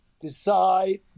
decide